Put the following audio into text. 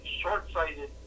short-sighted